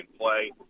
play